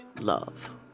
love